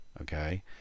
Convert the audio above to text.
okay